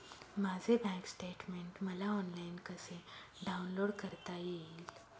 माझे bank statement मला online कसे डाउनलोड करता येईल?